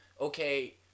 Okay